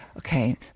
Okay